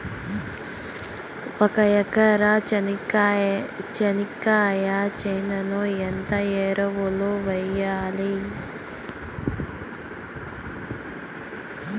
ఒక ఎకరా చెనక్కాయ చేనుకు ఎంత ఎరువులు వెయ్యాలి?